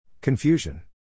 Confusion